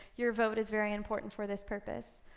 your vote is very important for this purpose.